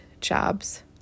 jobs